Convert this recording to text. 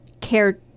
care